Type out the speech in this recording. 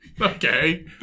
Okay